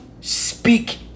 speak